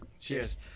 cheers